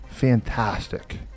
Fantastic